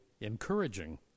encouraging